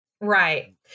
Right